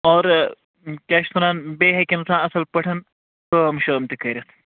اور کیٛاہ چھِ وَنان بیٚیہِ ہٮ۪کہِ اِنسان اَصٕل پٲٹھۍ کٲم شٲم تہِ کٔرِتھ